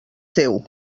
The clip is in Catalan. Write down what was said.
teu